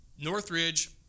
Northridge